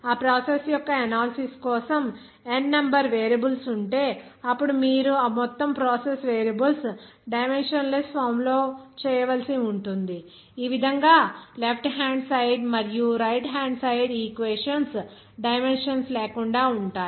ఆ ప్రాసెస్ యొక్క అనాలిసిస్ కోసం N నెంబర్ వేరియబుల్స్ ఉంటే అప్పుడు మీరు ఆ మొత్తం process variables dimensionless form లో చేయవలసి ఉంటుంది ఈ విధంగా లెఫ్ట్ హ్యాండ్ సైడ్ మరియు right hand side equations dimension లేకుండా ఉంటాయి